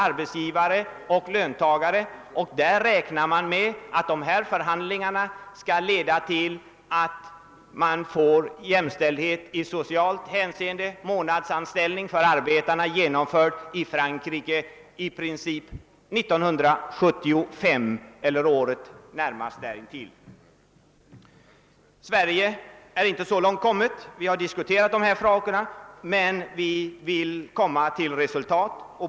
Man räknar med att förhandlingar skall leda till jämställdhet i socialt hänseende och att månadsanställning för arbetare i Frankrike i princip genomförs 1975 eller något av åren närmast intill. Sverige har inte kommit lika långt. Vi har diskuterat de här sakerna, men vi vill också åstadkomma resultat.